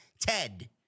Ted